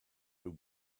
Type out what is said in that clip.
who